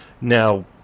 Now